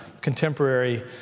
contemporary